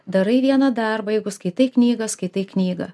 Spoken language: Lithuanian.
darai vieną darbą jeigu skaitai knygą skaitai knygą